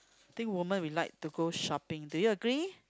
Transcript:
I think woman would like to go shopping do you agree